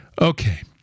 Okay